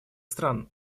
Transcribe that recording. стран